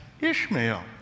Ishmael